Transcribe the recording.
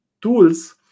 tools